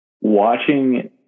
Watching